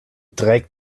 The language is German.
trägt